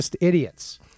idiots